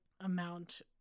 amount